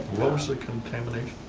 low set contamination.